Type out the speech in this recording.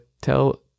tell